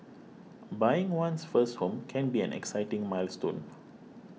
buying one's first home can be an exciting milestone